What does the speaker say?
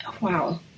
Wow